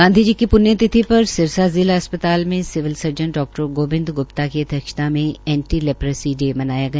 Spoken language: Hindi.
गांधी जी की प्ण्य तिथि पर सिरसा जिला अस्पताल में सिविल सर्जन डा गोबिंद ग्र्प्ता की अध्यक्षता में एंटी लेपरोसी डे मनाया गया